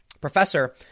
Professor